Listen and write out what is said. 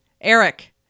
Eric